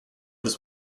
this